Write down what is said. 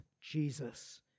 Jesus